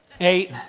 eight